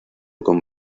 con